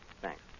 thanks